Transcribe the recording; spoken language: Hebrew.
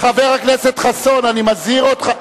חבר הכנסת חסון אני מזהיר אותך.